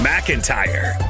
McIntyre